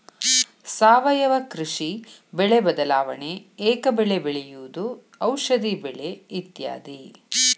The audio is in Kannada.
ಸಾವಯುವ ಕೃಷಿ, ಬೆಳೆ ಬದಲಾವಣೆ, ಏಕ ಬೆಳೆ ಬೆಳೆಯುವುದು, ಔಷದಿ ಬೆಳೆ ಇತ್ಯಾದಿ